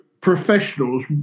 professionals